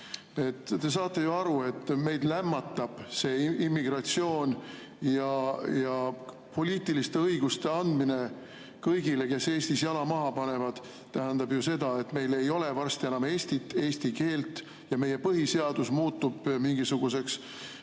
Te saate ju aru, et meid lämmatab immigratsioon ja poliitiliste õiguste andmine kõigile, kes Eestis jala maha panevad, tähendab seda, et meil ei ole varsti enam Eestit, eesti keelt ja meie põhiseadus muutub mingisuguseks